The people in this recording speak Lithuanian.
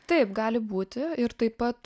taip gali būti ir taip pat